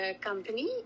company